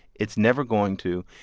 it's never going to.